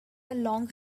long